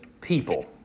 people